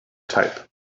type